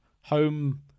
home